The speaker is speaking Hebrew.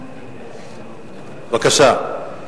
בבקשה.